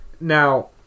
Now